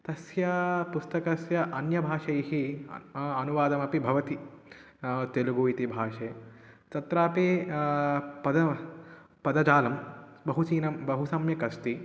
तस्य पुस्तकस्य अन्यभाषाभिः अनुवादमपि भवति नाम तेलुगु इति भाषायां तत्रापि पद पदजालं बहुसीनं बहुसम्यक् अस्ति